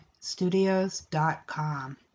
studios.com